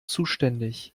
zuständig